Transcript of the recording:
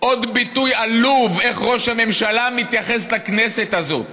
עוד ביטוי עלוב לאיך שראש הממשלה מתייחס לכנסת הזאת.